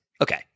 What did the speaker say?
Okay